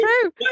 true